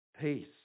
peace